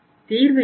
தீர்வு என்ன